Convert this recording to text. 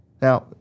Now